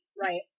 Right